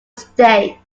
state